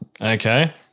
okay